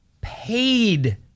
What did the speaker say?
paid